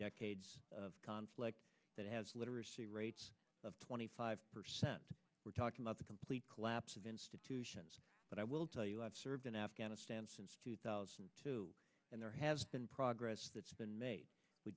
decades of conflict that has literacy rates of twenty five percent we're talking about the complete collapse of institutions but i will tell you i've served in afghanistan since two thousand and two and there has been progress that's been made we